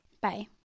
Bye